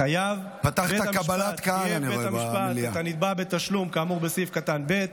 "חייב בית המשפט את הנתבע בתשלום כאמור בסעיף (ב),